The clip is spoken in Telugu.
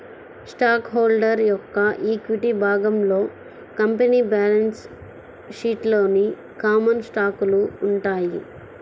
స్టాక్ హోల్డర్ యొక్క ఈక్విటీ విభాగంలో కంపెనీ బ్యాలెన్స్ షీట్లోని కామన్ స్టాకులు ఉంటాయి